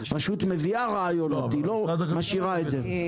רשות מביאה רעיונות, היא לא משאירה את זה.